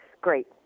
great